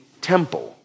temple